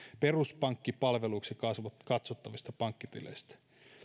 peruspankkipalveluiksi katsottavista pankkitileistä